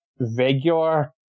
regular